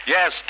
Yes